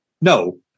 No